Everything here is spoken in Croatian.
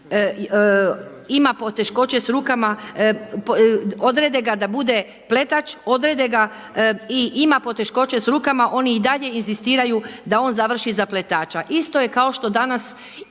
ima poteškoće s rukama, odrede ga da bude pletač i ima poteškoća s rukama oni i dalje inzistiraju da on završi za pletača. Isto je kao što danas